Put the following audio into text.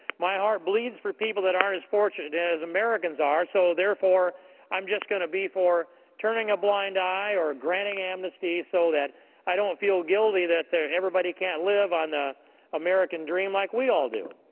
my heart bleeds for people that aren't as fortunate as americans are so therefore i'm just going to be for turning a blind eye or granting amnesty so that i don't feel guilty that everybody can't live on the american dream like we all do.